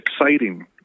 exciting